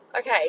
Okay